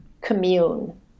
commune